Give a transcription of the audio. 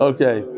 Okay